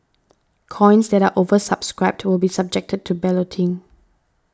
coins that are oversubscribed will be subjected to balloting